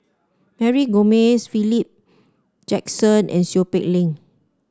Mary Gomes Philip Jackson and Seow Peck Leng